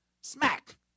smack